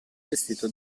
vestito